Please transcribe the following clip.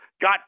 got